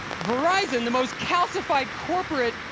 verizon, the most calcified, corporate,